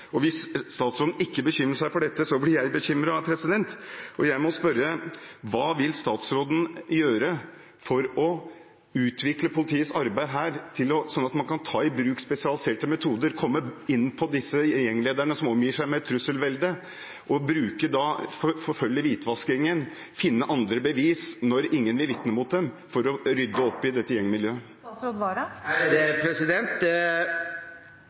Hvis statsråden ikke bekymrer seg for dette, blir jeg bekymret. Jeg må spørre: Hva vil statsråden gjøre for å utvikle politiets arbeid her, slik at man kan ta i bruk spesialiserte metoder og komme inn på disse gjenglederne, som omgis av et trusselvelde, og forfølge hvitvaskingen og finne andre bevis når ingen vil vitne mot dem, for å rydde opp i dette gjengmiljøet?